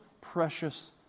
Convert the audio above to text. precious